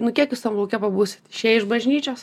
nu kiek jūs tam lauke pabūsit išėję iš bažnyčios